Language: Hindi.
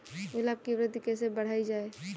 गुलाब की वृद्धि कैसे बढ़ाई जाए?